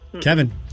Kevin